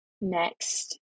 next